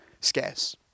scarce